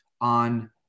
on